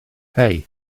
hei